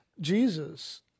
Jesus